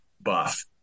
buff